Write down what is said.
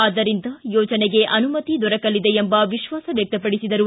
ಆದ್ದರಿಂದ ಯೋಜನೆಗೆ ಅನುಮತಿ ದೊರಕಲಿದೆ ಎಂಬ ವಿಶ್ವಾಸ ವ್ಯಕ್ತಪಡಿಸಿದರು